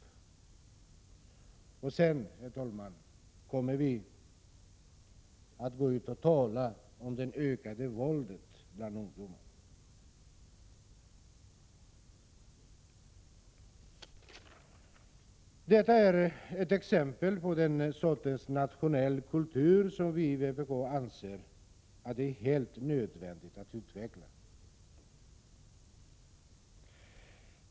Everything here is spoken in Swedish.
Sedan, herr talman, kommer vi att gå ut och tala om det ökade våldet bland ungdomar. Detta var ett exempel på den sorts nationalkultur som vi i vpk anser det vara helt nödvändigt att utveckla.